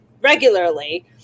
regularly